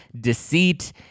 deceit